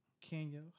Kenya